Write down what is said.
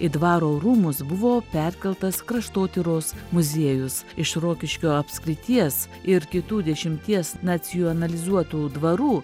į dvaro rūmus buvo perkeltas kraštotyros muziejus iš rokiškio apskrities ir kitų dešimties nacionalizuotų dvarų